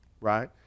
right